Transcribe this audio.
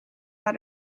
out